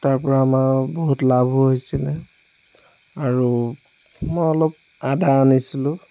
তাৰ পৰা আমাৰ বহুত লাভো হৈছিলে আৰু মই অলপ আদা আনিছিলোঁ